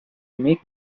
amic